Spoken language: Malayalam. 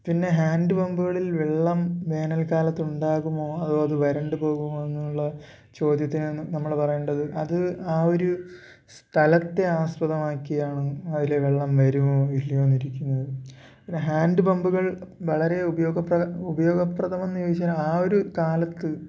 പിന്നെ ഹാൻ്റ് പമ്പുകളിൽ വെള്ളം വേനൽക്കാലത്ത് ഉണ്ടാകുമോ അതോ അത് വരണ്ട് പോകുമോ എന്നുള്ള ചോദ്യത്തിന് നമ്മൾ പറയേണ്ടത് അത് ആ ഒരു സ്ഥലത്തെ ആസ്പദമാക്കിയാണ് അതിലെ വെള്ളം വരുമോ ഇല്ലയോയെന്ന് ഇരിക്കുന്നത് പിന്നെ ഹാൻ്റ് പമ്പുകൾ വളരെ ഉപയോഗപ്രദം ഉപയോഗപ്രദമെന്ന് ചോദിച്ചാൽ ആ ഒരു കാലത്ത്